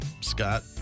Scott